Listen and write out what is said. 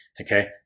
okay